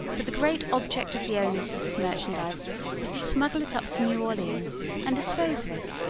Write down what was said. but the great object of the owners of this merchandise was to smuggle it up to new orleans and dispose of it.